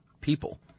people